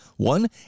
One